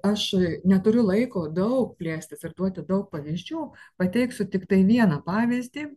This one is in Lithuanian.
aš neturiu laiko daug plėstis ir duoti daug pavyzdžių pateiksiu tiktai vieną pavyzdį